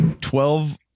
Twelve